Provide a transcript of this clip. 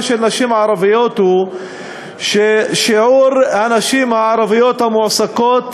של נשים ערביות הוא ששיעור הנשים הערביות המועסקות